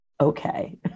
okay